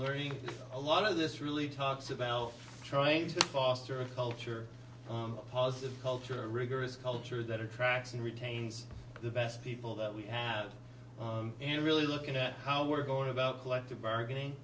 learning a lot of this really talks about trying to foster a culture of positive culture a rigorous culture that attracts and retains the best people that we have and really look at how we're going about collective bargaining